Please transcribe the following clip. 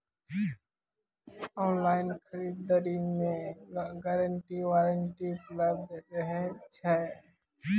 Online खरीद दरी मे गारंटी वारंटी उपलब्ध रहे छै?